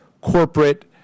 corporate